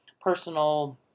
personal